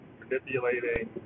manipulating